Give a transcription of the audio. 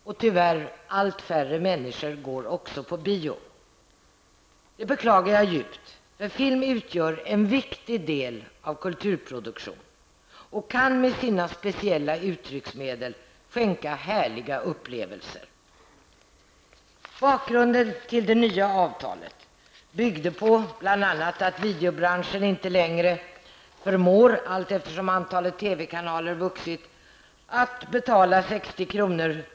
Och tyvärr går allt färre människor på bio. Det beklagar jag djupt, för film utgör en viktig del av kulturproduktionen och kan med sina speciella uttrycksmedel skänka härliga upplevelser. Det nya avtalet byggde bl.a. på att videobranschen inte längre förmår, allteftersom antalet TV-kanaler vuxit, att betala 60 kr.